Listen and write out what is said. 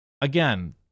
Again